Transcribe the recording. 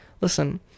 listen